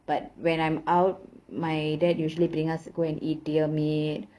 but when I'm out my dad usually bring us go and eat deer meat